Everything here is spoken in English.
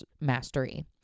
mastery